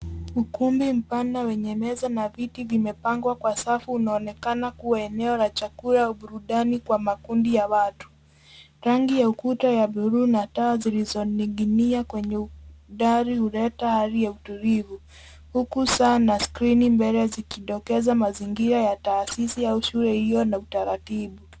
Ukumbi mpana wenye meza na viti vimepangwa kwa safu unaonekana kuwa eneo la chakula au burudani kwa makundi ya watu. Rangi ya ukuta ya bluu na taa zilizoning'inia kwenye dari huleta hali ya utulivu huku saa na skrini mbele zikidokeza mazingira ya taasisi au shule hio na utaratibu.